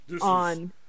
on